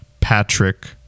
Patrick